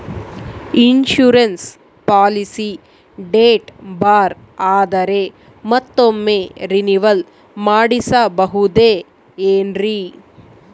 Insurance policy date ಬಾರ್ ಆದರೆ ಮತ್ತೊಮ್ಮೆ ರಿನಿವಲ್ ಮಾಡಿಸಬಹುದೇ ಏನ್ರಿ?